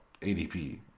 ADP